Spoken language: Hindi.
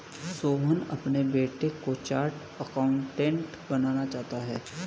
सोहन अपने बेटे को चार्टेट अकाउंटेंट बनाना चाहता है